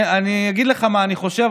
אני אגיד לך מה אני חושב,